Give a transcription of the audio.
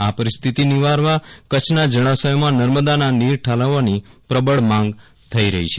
આ પરિસ્થિતિ નિવારવા કચ્છનાં જળાશયોમાં નર્મદાનાં નીર ઠાલવવાની પ્રબળ માંગ થઇ રહી છે